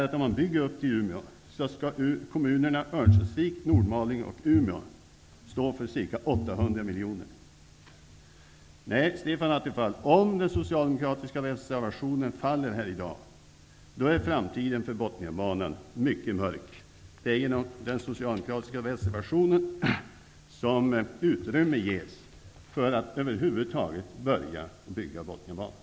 Det skulle innbära att kommunerna Örnsköldsvik, Nordmaling och Umeå skall stå för ca 800 miljoner om man bygger upp till Umeå. Nej, Stefan Attefall, framtiden för Bothniabanan är mycket mörk om den socialdemokratiska reservationen faller här i dag. Det är genom förslagen i den socialdemokratiska reservationen som utrymme ges för att över huvud taget börja bygga Bothniabanan.